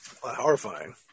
Horrifying